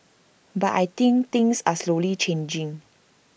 but I think things are slowly changing